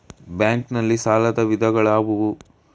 Bank ನಲ್ಲಿ ಸಾಲದ ವಿಧಗಳಾವುವು?